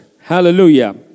Hallelujah